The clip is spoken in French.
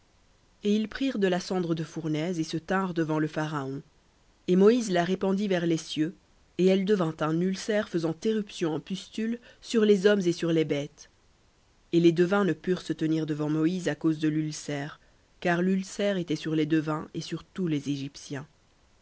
et ils prirent de la cendre de fournaise et se tinrent devant le pharaon et moïse la répandit vers les cieux et elle devint un ulcère faisant éruption en pustules sur les hommes et sur les bêtes et les devins ne purent se tenir devant moïse à cause de l'ulcère car l'ulcère était sur les devins et sur tous les égyptiens